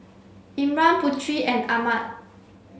Imran Putri and Ahmad